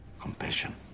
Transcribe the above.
Compassion